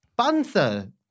Bantha